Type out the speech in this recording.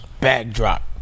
backdrop